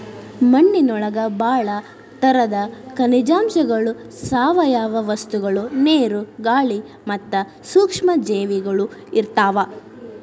ಮಣ್ಣಿನೊಳಗ ಬಾಳ ತರದ ಖನಿಜಾಂಶಗಳು, ಸಾವಯವ ವಸ್ತುಗಳು, ನೇರು, ಗಾಳಿ ಮತ್ತ ಸೂಕ್ಷ್ಮ ಜೇವಿಗಳು ಇರ್ತಾವ